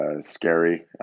scary